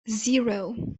zero